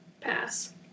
Pass